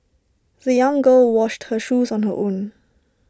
the young girl washed her shoes on her own